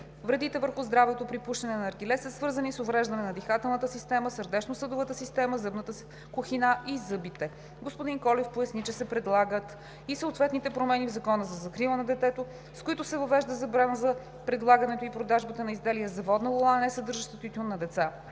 Вредите върху здравето при пушене на наргиле са свързани с увреждане на дихателната система, сърдечносъдовата система, зъбната кухина и зъбите. Господин Колев поясни че, се предлагат и съответните промени в Закона за закрила на детето, с които се въвежда забрана за предлагането и продажбата на изделията за водна лула, несъдържащи тютюн, на деца.